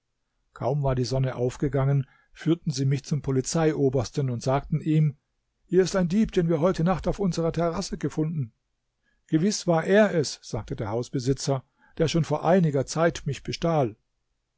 kaum war die sonne aufgegangen führten sie mich zum polizeiobersten und sagten ihm hier ist ein dieb den wir heute nacht auf unserer terrasse gefunden gewiß war er es sagte der hausbesitzer der schon vor einiger zeit mich bestahl